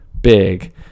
big